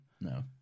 no